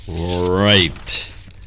Right